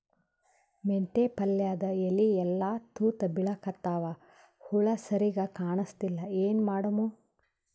ಮೆಂತೆ ಪಲ್ಯಾದ ಎಲಿ ಎಲ್ಲಾ ತೂತ ಬಿಳಿಕತ್ತಾವ, ಹುಳ ಸರಿಗ ಕಾಣಸ್ತಿಲ್ಲ, ಏನ ಮಾಡಮು?